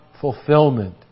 fulfillment